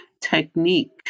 technique